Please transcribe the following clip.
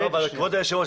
כבוד היושב ראש,